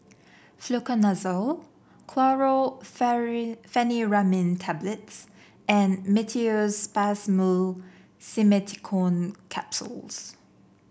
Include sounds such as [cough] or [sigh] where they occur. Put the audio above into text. Fluconazole [unintelligible] Tablets and Meteospasmyl Simeticone Capsules